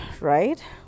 Right